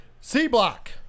C-Block